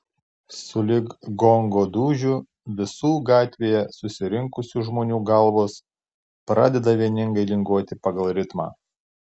sulig gongo dūžiu visų gatvėje susirinkusių žmonių galvos pradeda vieningai linguoti pagal ritmą